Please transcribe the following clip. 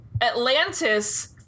Atlantis